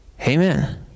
Amen